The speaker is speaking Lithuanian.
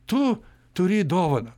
tu turi dovaną